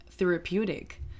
therapeutic